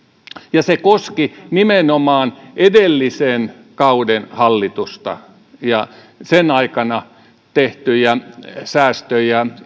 ja se koski nimenomaan edellisen kauden hallitusta ja sen aikana tehtyjä säästöjä ja